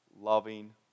loving